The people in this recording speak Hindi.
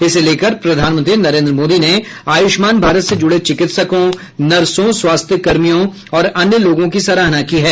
इसे लेकर प्रधानमंत्री नरेन्द्र मोदी ने आयूष्मान भारत से जूड़े चिकित्सकों नर्सों स्वास्थ्य कर्मियों और अन्य लोगों की सराहना की है